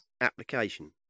application